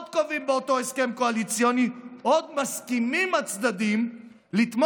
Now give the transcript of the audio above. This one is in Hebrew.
עוד קובעים באותו הסכם קואליציוני: עוד מסכימים הצדדים לתמוך